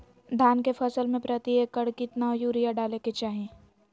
धान के फसल में प्रति एकड़ कितना यूरिया डाले के चाहि?